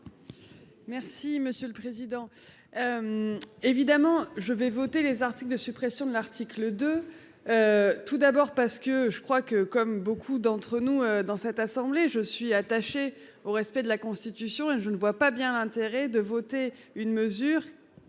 Merci monsieur le président. Évidemment je vais voter les articles de suppression de l'article de. Tout d'abord parce que je crois que comme beaucoup d'entre nous dans cette assemblée, je suis attaché au respect de la constitution hein. Je ne vois pas bien l'intérêt de voter une mesure